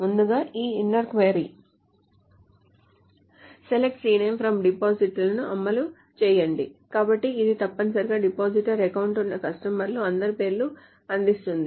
ముందుగా ఈ inner query SELECT cname FROM depositor ను అమలు చేయండి కాబట్టి ఇది తప్పనిసరిగా డిపాజిటర్ అకౌంట్ ఉన్న కస్టమర్స్ అందరి పేర్లను అందిస్తుంది